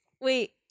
Wait